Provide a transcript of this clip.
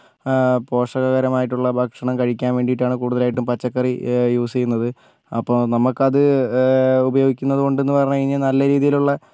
പോഷകരമായിട്ടുള്ള ഭക്ഷണം കഴിക്കാൻ വേണ്ടിയിട്ടാണ് കൂടുതലായിട്ടും പച്ചക്കറി യൂസ് ചെയ്യുന്നത് അപ്പം നമുക്കത് ഉപയോഗിക്കുന്നത് കൊണ്ടെന്ന് പറഞ്ഞ് കഴിഞ്ഞാൽ നല്ല രീതിയിലുള്ള